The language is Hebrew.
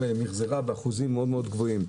מחזרה באחוזים מאוד גבוהים.